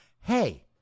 Hey